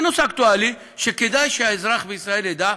זה נושא אקטואלי שכדאי שהאזרח בישראל ידע